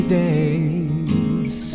days